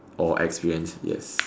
or experienced yes